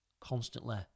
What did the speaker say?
Constantly